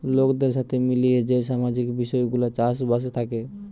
লোকদের সাথে মিলিয়ে যেই সামাজিক বিষয় গুলা চাষ বাসে থাকে